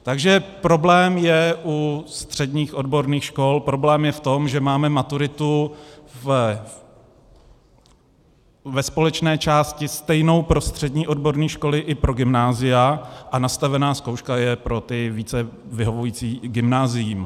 Takže problém je u středních odborných škol, problém je v tom, že máme maturitu ve společné části stejnou pro střední odborné školy i pro gymnázia a nastavená zkouška je pro ty více vyhovující gymnáziím.